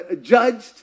judged